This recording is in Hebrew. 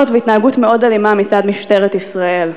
והתנהגות מאוד אלימה מצד משטרת ישראל.